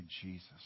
Jesus